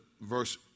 verse